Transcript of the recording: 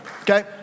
okay